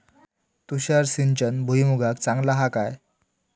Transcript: तुषार सिंचन भुईमुगाक चांगला हा काय?